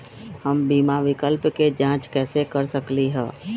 हम बीमा विकल्प के जाँच कैसे कर सकली ह?